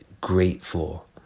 grateful